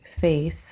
face